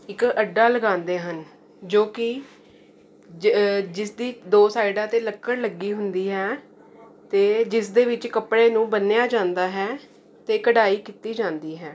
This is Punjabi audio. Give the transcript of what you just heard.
ਇੱਕ ਅੱਡਾ ਲਗਾਉਂਦੇ ਹਨ ਜੋ ਕਿ ਜਿ ਜਿਸਦੀ ਦੋ ਸਾਈਡਾਂ 'ਤੇ ਲੱਕੜ ਲੱਗੀ ਹੁੰਦੀ ਹੈ ਅਤੇ ਜਿਸ ਦੇ ਵਿੱਚ ਕੱਪੜੇ ਨੂੰ ਬੰਨਿਆ ਜਾਂਦਾ ਹੈ ਅਤੇ ਕਢਾਈ ਕੀਤੀ ਜਾਂਦੀ ਹੈ